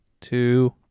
two